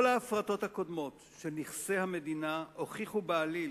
כל ההפרטות הקודמות של נכסי המדינה הוכיחו בעליל